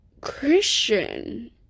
christian